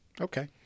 Okay